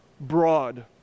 broad